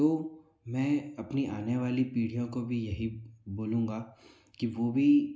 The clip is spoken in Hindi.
तो मैं अपनी आने वाली पीढ़ियों को भी यही बोलूँगा कि वो भी